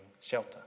shelter